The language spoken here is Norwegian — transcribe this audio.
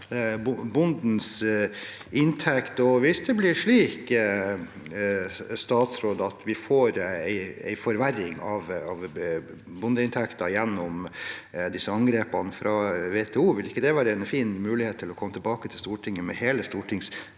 Hvis det blir slik at vi får en forverring av bondeinntekten gjennom disse angrepene fra WTO, ville ikke det være en fin mulighet til å komme tilbake til Stortinget med hele Meld.